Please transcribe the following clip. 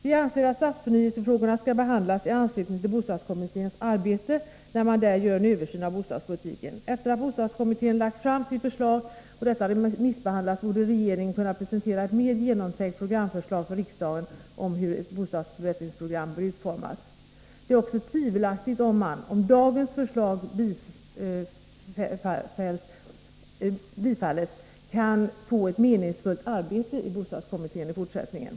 Vi anser att stadsförnyelsefrågorna skall behandlas i anslutning till bostadskommitténs arbete när man där gör en översyn av bostadspolitiken. Efter det att bostadskommittén lagt fram sitt förslag och detta remissbehandlats borde regeringen kunna presentera ett mer genomtänkt programförslag för riksdagen om hur ett bostadsförbättringsprogram bör utformas. Det är också tvivelaktigt om man, i fall dagens förslag bifalls, kan få ett meningsfullt arbete i bostadskommittén i fortsättningen.